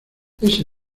ese